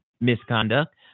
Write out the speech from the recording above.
misconduct